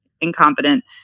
Incompetent